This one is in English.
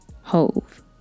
Hove